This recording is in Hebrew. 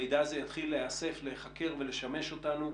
המידע הזה יתחיל להיאסף, להיחקר ולשמש אותנו.